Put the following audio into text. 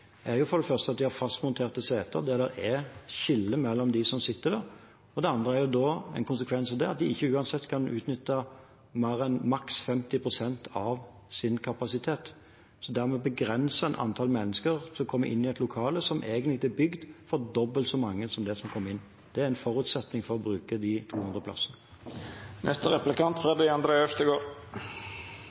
de har fastmonterte seter, der det er skiller mellom dem som sitter der, og for det andre en konsekvens av at de uansett ikke kan utnytte mer enn maks 50 pst. av sin kapasitet. Dermed begrenser en antall mennesker som kommer inn i et lokale som egentlig er bygd for dobbelt så mange som det som kommer inn. Det er en forutsetning for å bruke de 200 plassene.